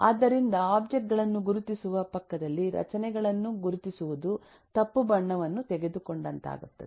ಆದ್ದರಿಂದ ಒಬ್ಜೆಕ್ಟ್ ಗಳನ್ನು ಗುರುತಿಸುವ ಪಕ್ಕದಲ್ಲಿ ರಚನೆಗಳನ್ನು ಗುರುತಿಸುವುದು ತಪ್ಪು ಬಣ್ಣವನ್ನು ತೆಗೆದುಕೊಂಡಂತಾಗುತ್ತದೆ